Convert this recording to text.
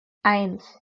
eins